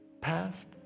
Past